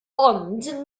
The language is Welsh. ond